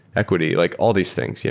equity, like all these things, yeah